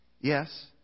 Yes